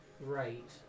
Right